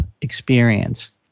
experience